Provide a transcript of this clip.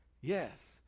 Yes